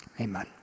Amen